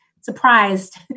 surprised